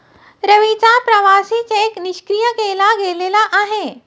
रवीचा प्रवासी चेक निष्क्रिय केला गेलेला आहे